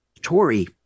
Tory